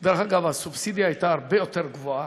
דרך אגב, הסובסידיה הייתה הרבה יותר גבוהה,